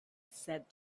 said